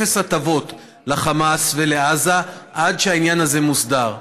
אפס הטבות לחמאס ולעזה עד שהעניין הזה מוסדר.